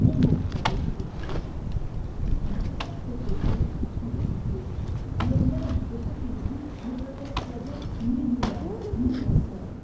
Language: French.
même auprès de sa victime il veut dire quelque chose pour son excuse alors même que ce qu'il dit ne pput persuader ni luimême ni personne